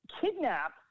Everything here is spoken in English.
kidnap